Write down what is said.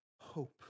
hope